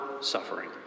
suffering